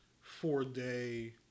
four-day